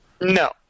No